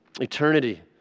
Eternity